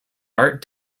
art